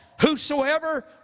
whosoever